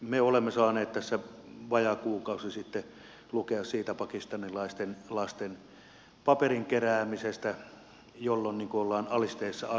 me olemme saaneet tässä vajaa kuukausi sitten lukea siitä pakistanilaisten lasten paperin keräämisestä jolloin ollaan alisteisessa asemassa